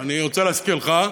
אני רוצה להזכיר לך,